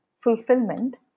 fulfillment